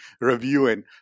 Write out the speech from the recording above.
reviewing